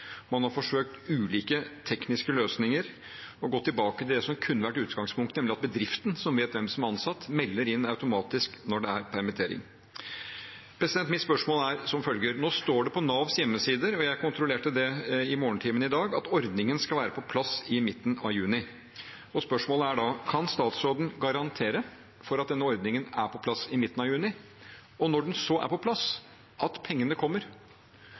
Man har forsøkt ulike tekniske løsninger – å gå tilbake til det som kunne vært utgangpunktet, nemlig at bedriften, som vet hvem som er ansatt, melder inn automatisk når det er permitteringer. Nå står det på Navs hjemmesider, og jeg kontrollerte det i morgentimene i dag, at ordningen skal være på plass i midten av juni. Spørsmålet er da: Kan statsråden garantere for at denne ordningen er på plass i midten av juni? Og når den så er på plass, at pengene kommer?